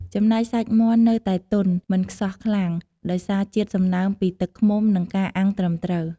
ចំណែកសាច់មាន់នៅតែទន់ មិនខ្សោះខ្លាំង ដោយសារជាតិសំណើមពីទឹកឃ្មុំនិងការអាំងត្រឹមត្រូវ។